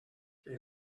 que